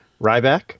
Ryback